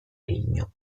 regno